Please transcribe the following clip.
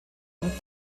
und